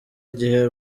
igihe